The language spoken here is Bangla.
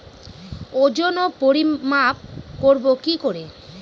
ওজন ও পরিমাপ করব কি করে?